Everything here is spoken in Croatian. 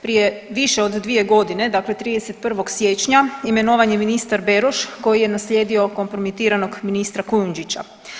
Prije više od 2 godine, dakle 31. siječnja, imenovan je ministar Beroš koji je naslijedio kompromitiranog ministra Kujundžića.